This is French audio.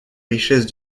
richesses